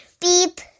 beep